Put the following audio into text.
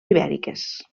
ibèriques